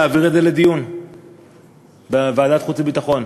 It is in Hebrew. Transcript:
להעביר את זה לדיון בוועדת החוץ והביטחון.